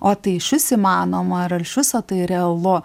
o tai išvis įmanoma ir ar iš viso tai realu